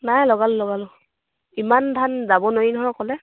নাই লগালোঁ লগালোঁ ইমান ধান যাব নোৱাৰি নহয় অকলে